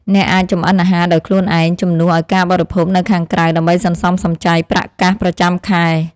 អ្នកអាចចម្អិនអាហារដោយខ្លួនឯងជំនួសឱ្យការបរិភោគនៅខាងក្រៅដើម្បីសន្សំសំចៃប្រាក់កាសប្រចាំខែ។